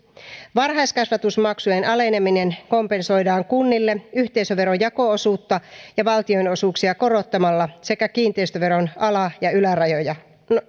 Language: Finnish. varhaiskasvatusmaksujen aleneminen kompensoidaan kunnille yhteisöveron jako osuutta ja valtionosuuksia korottamalla sekä kiinteistöveron ala ja ylärajojen ja